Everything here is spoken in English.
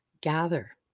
gather